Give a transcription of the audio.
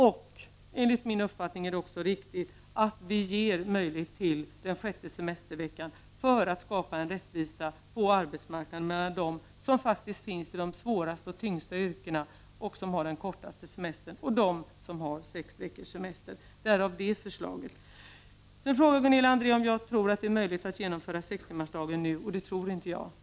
Och enligt min uppfattning är det också riktigt att vi ger möjlighet till den sjätte semesterveckan för att skapa rättvisa på arbetsmarknaden mellan dem som faktiskt finns inom de svåraste och tyngsta yrkena och har den kortaste semestern, och dem som har sex veckors semester. Därav detta förslag. Vidare frågar Gunilla André om jag tror att det är möjligt att genomföra sextimmarsdagen nu. Jag tror inte det.